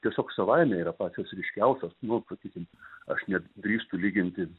tiesiog savaime yra pačios ryškiausios nu sakykim aš net drįstu lyginti